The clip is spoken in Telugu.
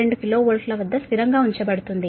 2 KV వద్ద స్థిరంగా ఉంచబడుతుంది